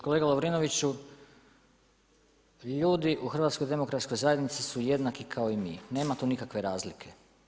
Kolega Lovrinoviću, ljudi u HDZ-u su jednaki kao i mi, nema tu nikakve razlike.